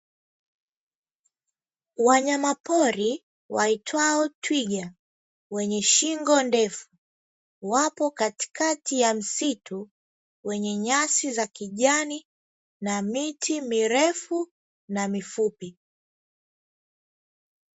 Wanyamapori waitwao twiga wenye shingo ndefu, wapo katikati ya msitu; wenye nyasi za kijani na miti mirefu na mifupi.